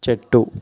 చెట్టు